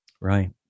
Right